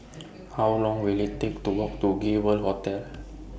How Long Will IT Take to Walk to Gay World Hotel